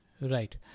right